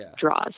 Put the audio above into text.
draws